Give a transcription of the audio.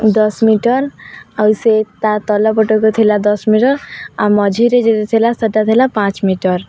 ଦଶ ମିଟର ଆଉ ସେ ତା ତଳ ପଟକୁ ଥିଲା ଦଶ ମିଟର ଆଉ ମଝିରେ ଯେତେ ଥିଲା ସେଟା ଥିଲା ପାଞ୍ଚ ମିଟର